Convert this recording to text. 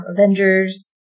Avengers